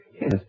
Yes